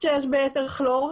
שיש ביתר כלור.